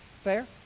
Fair